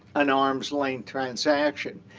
an arm's length transaction,